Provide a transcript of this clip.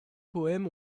poèmes